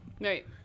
Right